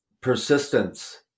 persistence